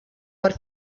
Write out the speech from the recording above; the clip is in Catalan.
per